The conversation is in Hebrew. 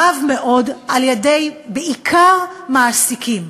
רב מאוד, בעיקר על-ידי מעסיקים.